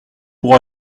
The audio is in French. pour